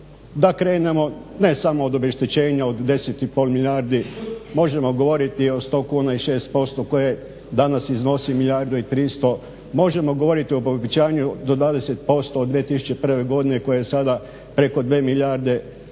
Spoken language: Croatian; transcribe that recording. Da krenemo ne samo od obeštećenja od 10,5 milijardi, možemo govoriti o 100 kuna i 6% koje danas iznosi milijardu 300, možemo govoriti o obećanju do 20% od 2001.godine koje je sada preko 2 milijarde,